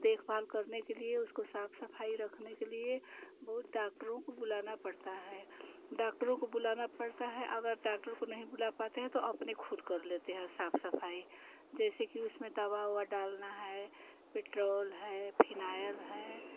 देखभाल करने के लिए उसको साफ सफाई रखने के लिए बहुत डाक्टरों को बुलाना पड़ता है डाक्टरों को बुलाना पड़ता है अगर डाक्टर को नहीं बुला पाते हैं तो अपने खुद कर लेते हैं साफ सफाई जैसे कि उसमें दवा उवा डालना है पिटरौल है फिनायल है